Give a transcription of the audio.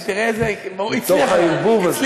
תראה, תראה איזה, מתוך הערבוב הזה.